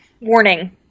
warning